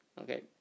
okay